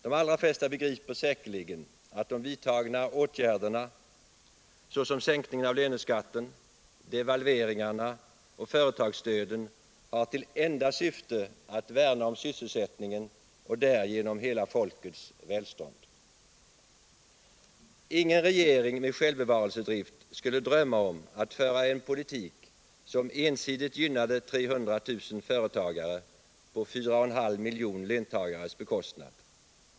De allra flesta begriper säkerligen att de vidtagna åtgärderna, såsom sänkning av löneskatten, devalveringarna och företagsstöden, har till enda syfte att värna om sysselsättningen och därigenom hela folkets välstånd. Ingen regering med självbevarelsedrift skulle drömma om att föra en politik som ensidigt gynnade 300 000 företagare på 4,5 miljoner löntagares bekostnad.